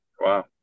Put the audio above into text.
Wow